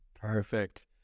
Perfect